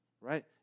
right